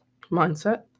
mindset